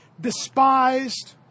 despised